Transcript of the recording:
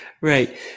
Right